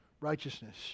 righteousness